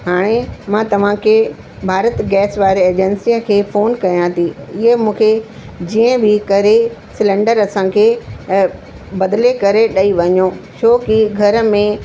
हाणे मां तव्हांखे भारत गैस वारे एजंसीअ खे फ़ोन कयां थी इअं मूंखे जीअं बि करे सिलैंडर असांखे बदिले करे ॾेई वञो छो कि घर में